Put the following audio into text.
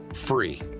free